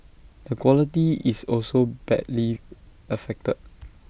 the quality is also badly affected